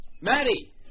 Maddie